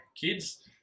kids